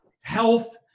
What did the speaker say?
health